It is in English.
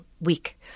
week